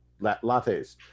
lattes